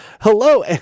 Hello